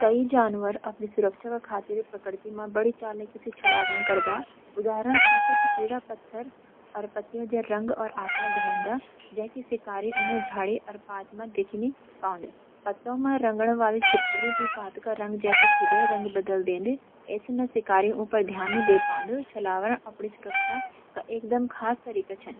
कई जानवर अपनी सुरक्षा का खातिर प्रकृति म बड़ चालाकी से छलावरण करंदा। उदाहरण छ, कुछ कीडा पत्थर अर पत्तियों जन रंग और आकार धारंदा, जैंकि शिकारी उन्है झाड़ी अर पात म देख नीं पाउंद। पत्तों म रेंगण वाल छिपकली भी पात का रंग जैंक खुदै रंग बदल देन्द, ऐस न शिकारी उ पर ध्यान नि दे पाउंद। छलावरण आपणी सुरक्षा का एक दम खास तरीका छन।